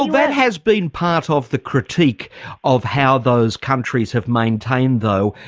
that has been part ah of the critique of how those countries have maintained though,